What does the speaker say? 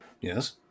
Yes